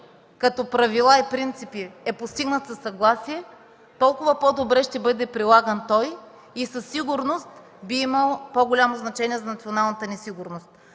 като правила и принципи е постигнат със съгласие, толкова по-добре ще бъде прилаган той и със сигурност би имал по-голямо значение за националната ни сигурност.